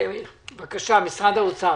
בבקשה, משרד האוצר.